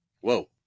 Whoa